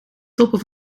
toppen